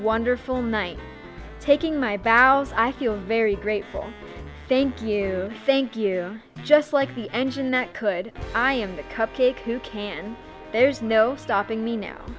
wonderful night taking my bowels i feel very grateful thank you thank you just like the engine that could i am the cupcake who can there's no stopping me now